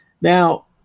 Now